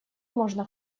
можно